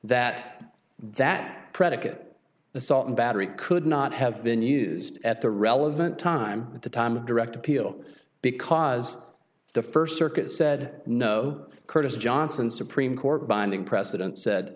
that that predicate assault and battery could not have been used at the relevant time at the time of direct appeal because the first circuit said no curtis johnson supreme court binding precedent said